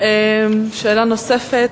שאלה נוספת.